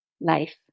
Life